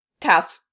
task